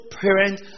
parent